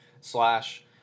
slash